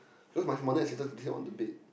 you know my mother and sisters stay on the bed